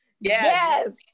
Yes